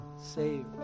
saved